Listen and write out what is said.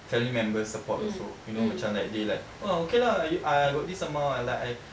family members support also you know macam like they like oh okay lah I got this amount like I